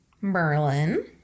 merlin